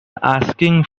asking